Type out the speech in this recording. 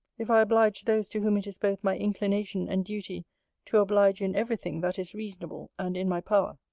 if i oblige those to whom it is both my inclination and duty to oblige in every thing that is reasonable, and in my power.